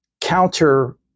counter